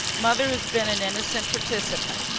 mother has been an innocent participant.